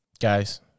guys